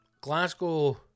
Glasgow